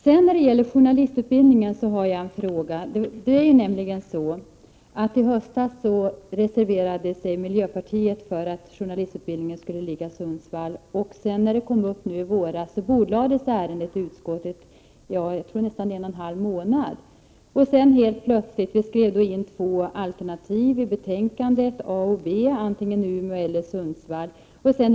Sedan har jag en fråga angående journalistutbildningen. I höstas reserverade sig miljöpartiet för att journalistutbildningen skulle läggas i Sundsvall. Ärendet var bordlagt i utskottet i nästan en och en halv månad nu under våren. Vi hade där två alternativ, antingen Umeå eller Sundsvall.